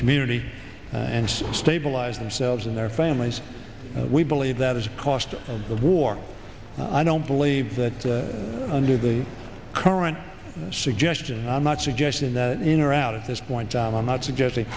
community and stabilize themselves and their families we believe that as a cost of the war i don't believe that under the current suggestion i'm not suggesting that in or out at this point i'm not suggesting